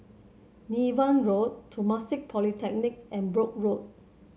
Niven Road Temasek Polytechnic and Brooke Road